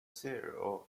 cereal